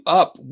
up